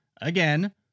again